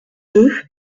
deux